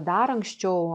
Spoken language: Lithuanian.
dar anksčiau